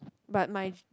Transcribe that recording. but my